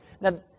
Now